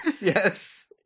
Yes